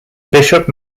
bishop